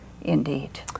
indeed